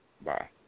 Bye